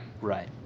Right